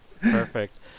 Perfect